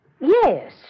Yes